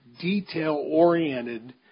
detail-oriented